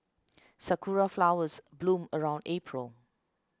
sakura flowers bloom around April